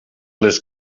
les